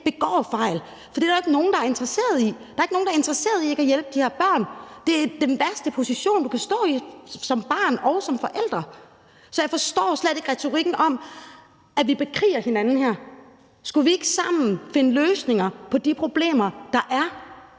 begår fejl, for det er der jo ikke nogen der er interesseret i. Der er ikke nogen, der er interesseret i ikke at hjælpe de her børn. Det er den værste position, du kan stå i som barn og som forælder. Så jeg forstår slet ikke den retorik, som vi bekriger hinanden med her. Skulle vi ikke sammen finde løsninger på de problemer, der er,